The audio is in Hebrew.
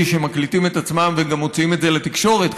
שמקליטים את עצמם וגם מוציאים את זה לתקשורת,